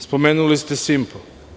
Spomenuli ste „Simpo“